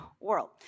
world